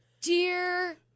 Dear